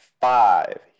five